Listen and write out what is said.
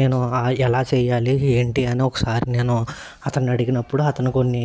నేను ఎలా చేయాలి ఏంటి అని ఒకసారి నేను అతన్ని అడిగినప్పుడు అతను కొన్ని